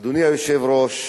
אדוני היושב-ראש,